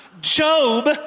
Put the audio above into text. Job